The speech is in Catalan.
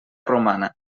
romana